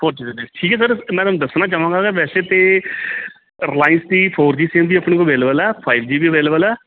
ਪੁੱਜ ਗਏ ਨੇ ਠੀਕ ਹੈ ਸਰ ਮੈਂ ਤੁਹਾਨੂੰ ਦੱਸਣਾ ਚਾਹਵਾਂਗਾ ਕਿ ਵੈਸੇ ਤਾਂ ਰਿਲਾਇੰਸ ਦੀ ਫੋਰ ਜੀ ਸਿੰਮ ਵੀ ਆਪਣੇ ਕੋਲ ਅਵੇਲੇਬਲ ਹੈ ਫਾਇਵ ਜੀ ਵੀ ਅਵੇਲੇਬਲ ਹੈ